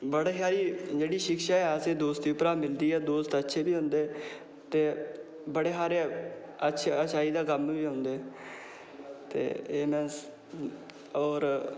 बड़े हारी शिक्षा ऐ जेह्ड़ी ओह् दोस्ती उप्परा मिलदी ऐ दोस्त अच्छे बी होंदे ते बड़े हारे अच्छाई दे कम्म बी औंदे ते एह् में होर